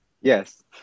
Yes